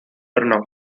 brno